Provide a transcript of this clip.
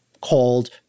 called